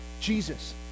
Jesus